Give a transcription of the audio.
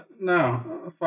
No